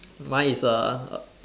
mine is a